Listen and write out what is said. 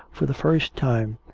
for the first time,